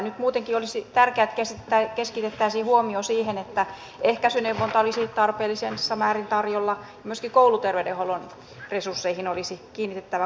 nyt muutenkin olisi tärkeää että keskitettäisiin huomio siihen että ehkäisyneuvontaa olisi tarpeellisessa määrin tarjolla ja myöskin kouluterveydenhuollon resursseihin olisi kiinnitettävä huomiota